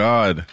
God